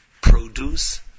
produce